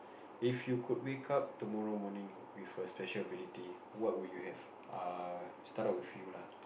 if you could wake up tomorrow morning with a special ability what would you have uh start off with you lah